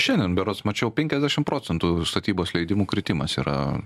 šiandien berods mačiau penkiasdešimt procentų statybos leidimų kritimas yra